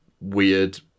weird